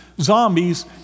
zombies